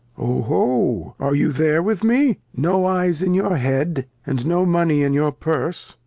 o ho! are you there with me? no eyes in your head, and no money in your purse?